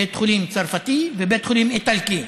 בית חולים צרפתי ובית חולים איטלקי.